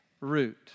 root